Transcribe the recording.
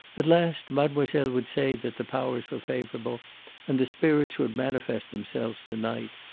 at last mademoiselle would say that the powers were favourable and the spirits would manifest themselves to-night.